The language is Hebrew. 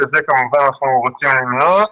ואת זה אנחנו כמובן רוצים למנוע,